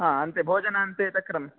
हा अन्ते भोजनान्ते तक्रम्